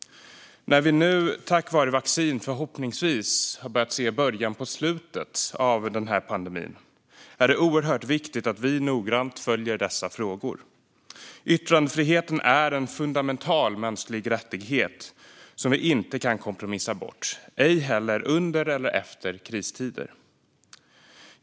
När vi nu, tack vare vaccin, förhoppningsvis har börjat se början på slutet av pandemin är det oerhört viktigt att vi noggrant följer dessa frågor. Yttrandefriheten är en fundamental mänsklig rättighet som vi inte kan kompromissa bort, ej heller under eller efter kristider.